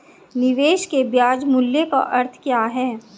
निवेश के ब्याज मूल्य का अर्थ क्या है?